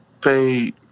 pay